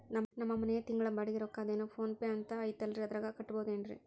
ನಮ್ಮ ಮನೆಯ ತಿಂಗಳ ಬಾಡಿಗೆ ರೊಕ್ಕ ಅದೇನೋ ಪೋನ್ ಪೇ ಅಂತಾ ಐತಲ್ರೇ ಅದರಾಗ ಕಟ್ಟಬಹುದೇನ್ರಿ?